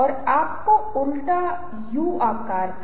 हाँ ऐसा क्यों है